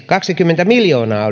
kaksikymmentä miljoonaa